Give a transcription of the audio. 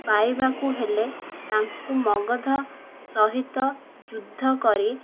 ପାଇବାକୁ ହେଲେ ତାଙ୍କୁ ମଗଧ ସହିତ ଯୁଦ୍ଧ କରି